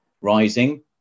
rising